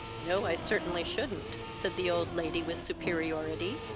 no, i certainly shouldn't, said the old lady, with superiority.